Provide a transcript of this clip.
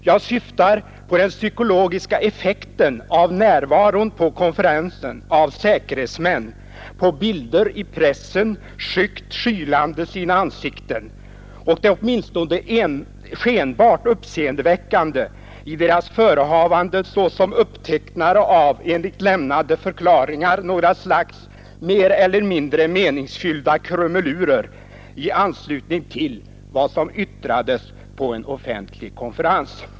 Jag syftar på den psykologiska effekten av närvaron på konferensen av säkerhetsmän, på bilder i pressen skyggt skylande sina ansikten, och det åtminstone skenbart uppseendeväckande i deras förehavanden såsom upptecknare av, enligt lämnade förklaringar, några slags mer eller mindre meningsfyllda krumelurer i anslutning till vad som yttrades på en offentlig konferens.